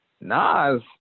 Nas